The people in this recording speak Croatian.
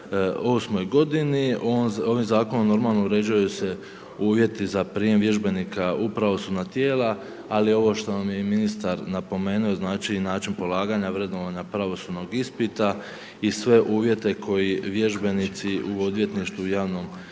2008. g., ovim zakonom normalno uređuju se uvjeti za prijem vježbenika u pravosudna tijela ali ovo što nam je ministar napomenuo, znači i način polaganja, vrednovanja pravosudnog ispita i sve uvjete koji vježbenici u odvjetništvu i javnom